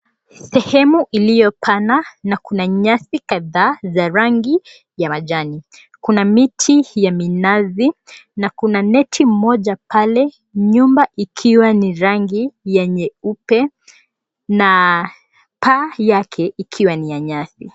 Sehemu ilio pana na kuna nyasi kadhaa za rangi ya majani. Kuna miti ya minazi na kuna neti moja pale nyumba ikiwa ni rangi ya nyeupe na paa yake ikiwa ni ya nyasi.